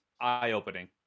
eye-opening